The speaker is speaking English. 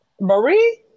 Marie